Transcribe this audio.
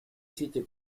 сети